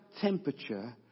temperature